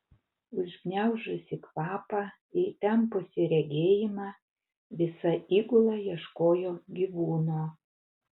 užgniaužusi kvapą įtempusi regėjimą visa įgula ieškojo gyvūno